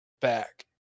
back